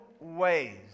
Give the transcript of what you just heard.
ways